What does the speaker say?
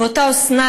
ואותה אסנת,